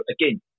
again